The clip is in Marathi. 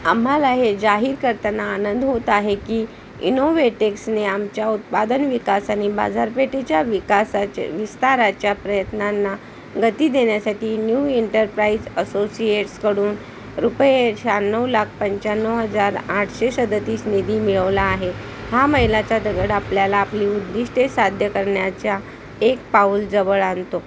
आम्हाला हे जाहीर करताना आनंद होत आहे की इनोवेटेक्सने आमच्या उत्पादन विकास आणि बाजारपेठेच्या विकासाच्या विस्ताराच्या प्रयत्नांना गती देण्यासाठी न्यू इंटरप्राईज असोसिएट्सकडून रुपये शहाण्णव लाख पंच्याण्णव हजार आठशे सदतीस निधी मिळवला आहे हा मैलाचा दगड आपल्याला आपली उद्दिष्टे साध्य करण्याच्या एक पाऊल जवळ आणतो